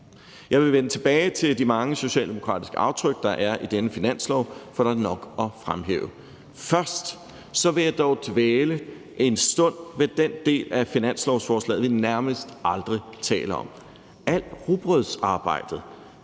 Jeg vil vende tilbage til de mange socialdemokratiske aftryk, der er i denne finanslov, for der er nok at fremhæve. Først vil jeg dog dvale en stund ved den del af finanslovsforslaget, vi nærmest aldrig taler om, altså alt rugbrødsarbejdet,